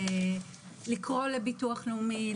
לקרוא לביטוח לאומי,